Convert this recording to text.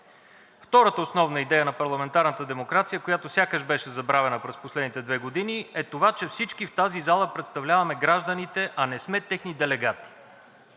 Втората основна идея на парламентарната демокрация, която сякаш беше забравена през последните две години, е това, че всички в тази зала представляваме гражданите, а не сме техни делегати.